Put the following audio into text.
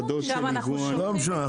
שם אנחנו --- לא משנה,